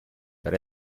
per